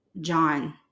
John